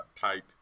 tight